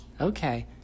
Okay